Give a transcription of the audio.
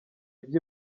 ibyo